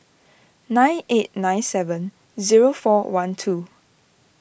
nine eight nine seven zero four one two